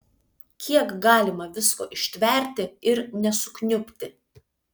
kiek galima visko ištverti ir nesukniubti